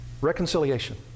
Reconciliation